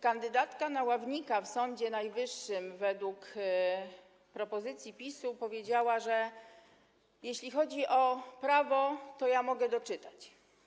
Kandydatka na ławnika w Sądzie Najwyższym według propozycji PiS-u powiedziała, że: jeśli chodzi o prawo, to ja mogę doczytać.